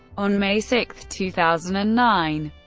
on may six, two thousand and nine,